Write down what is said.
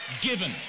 given